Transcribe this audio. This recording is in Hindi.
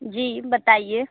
जी बताइए